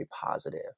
positive